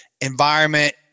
environment